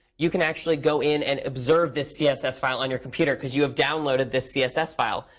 you can actually go in and observe this css file on your computer, because you've downloaded this css file,